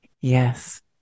Yes